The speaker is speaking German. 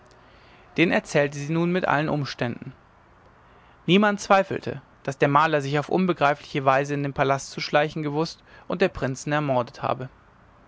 den erzählte sie nun mit allen umständen niemand zweifelte daß der maler sich auf unbegreifliche weise in den palast zu schleichen gewußt und den prinzen ermordet habe